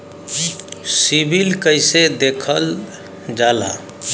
CIBIL कैसे देखल जाला?